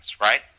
right